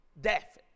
death